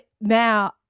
now